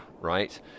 right